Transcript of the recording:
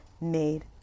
made